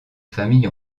famille